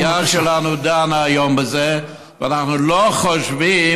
הסיעה שלנו דנה היום בזה, ואנחנו לא חושבים,